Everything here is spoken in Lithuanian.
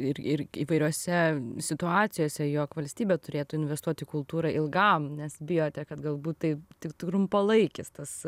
ir ir įvairiose situacijose jog valstybė turėtų investuot į kultūrą ilgam nes bijote kad galbūt tai tik trumpalaikis tas